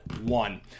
one